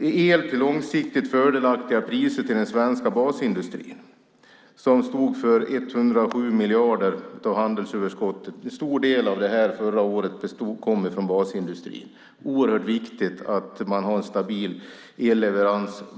el till långsiktigt fördelaktiga priser till den svenska basindustrin som stod för en stor del av de 107 miljarder som var handelsöverskottet förra året. Det är oerhört viktigt att man har en stabil elleverans.